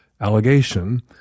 allegation